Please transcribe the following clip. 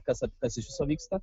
kas kas iš viso vyksta